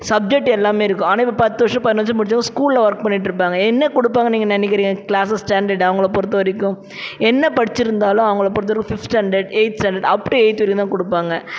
subject எல்லாமே இருக்கும் ஆனால் இப்போ பத்து வருஷம் பதினஞ்சு வருஷம் முடிச்சவங்க ஸ்கூலில் ஒர்க் பண்ணிகிட்டு இருப்பாங்க என்ன கொடுப்பாங்கன்னு நீங்கள் நினக்கிறீங்க கிளாஸஸ் ஸ்டாண்டர்ட் அவங்கள பொறுத்த வரைக்கும் என்ன படிச்சுருந்தாலும் அவங்கள பொறுத்த அளவு fifth standard eighth standard up to eighth வரையும்தான் கொடுப்பாங்க